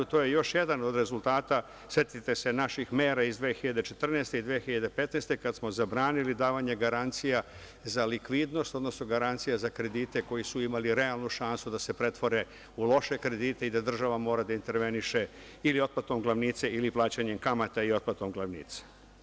To je još jedan od rezultata, setite se naših mera iz 2014. i 2015. godine, kada smo zabranili davanje garancija za likvidnost, odnosno garancija za kredite koji su imali realnu šansu da se pretvore u loše kredite i da država mora da interveniše ili otplatom glavnice ili plaćanjem kamata i otplatom glavnica.